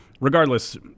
regardless